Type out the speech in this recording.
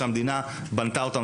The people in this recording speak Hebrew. שהמדינה בנתה אותם,